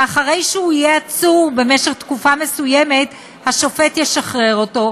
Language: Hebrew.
ואחרי שהוא יהיה עצור במשך תקופה מסוימת השופט ישחרר אותו,